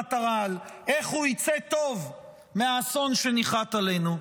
מכונת הרעל, איך הוא יצא טוב מהאסון שניחת עלינו.